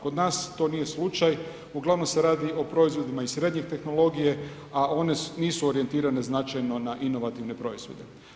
Kod nas to nije slučaj, uglavnom se radi o proizvodima iz srednje tehnologije a one nisu orijentirane značajno na inovativne proizvode.